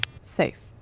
Safe